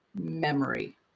memory